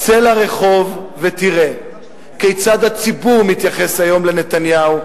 צא לרחוב ותראה כיצד הציבור מתייחס היום לנתניהו.